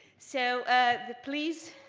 so ah please,